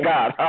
God